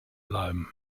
bleiben